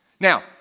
Now